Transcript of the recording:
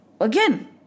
again